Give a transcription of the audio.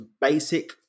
basic